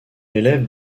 élève